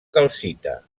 calcita